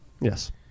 Yes